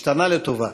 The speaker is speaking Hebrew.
השתנה לטובה.